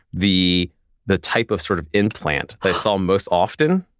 the the type of sort of implant i saw most often,